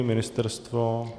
Ministerstvo?